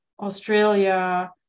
Australia